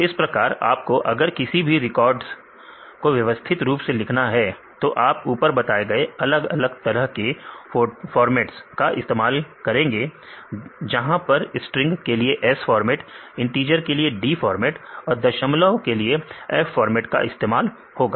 इस प्रकार आपको अगर किसी भी रिकॉर्ड को व्यवस्थित रूप से लिखना है तो आप ऊपर बताए गए अलग अलग तरह के फॉर्मैट्स का इस्तेमाल करेंगे जहां पर स्ट्रिंग के लिए s फॉर्मेट इंटिजर के लिए d डिफर्मेंट और दशमलव के लिए f फॉर्मेट का इस्तेमाल होगा